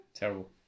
Terrible